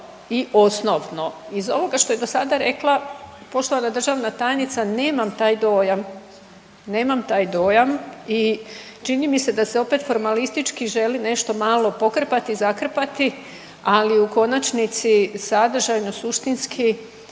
i osnovno? Iz ovoga što je dosada rekla poštovana državna tajnica nemam taj dojam. Nema taj dojam i čini mi se opet da se formalistički želi nešto malo pokrpati i zakrpati, ali u konačnici sadržajno, suštinski